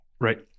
Right